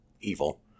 evil